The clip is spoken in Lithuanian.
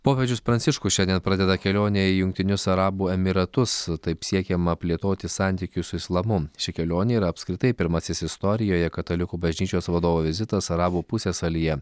popiežius pranciškus šiandien pradeda kelionę į jungtinius arabų emyratus taip siekiama plėtoti santykius su islamu ši kelionė yra apskritai pirmasis istorijoje katalikų bažnyčios vadovo vizitas arabų pusiasalyje